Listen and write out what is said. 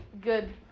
good